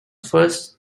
first